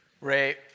Ray